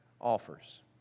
offers